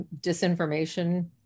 disinformation